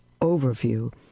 overview